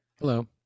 Hello